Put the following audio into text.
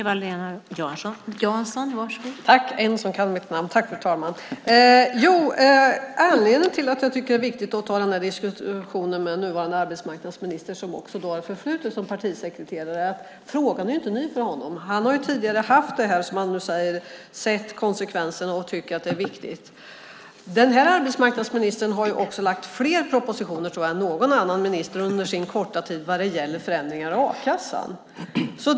Fru talman! Anledningen till att jag tycker att det är viktigt att ta diskussionen med nuvarande arbetsmarknadsministern, som också har ett förflutet som partisekreterare, är att frågan inte är ny för honom. Han har tidigare sett konsekvenserna och tycker att frågan är viktig. Den här arbetsmarknadsministern har också lagt fram fler propositioner under sin korta tid än någon annan minister vad gäller förändringar i a-kassan.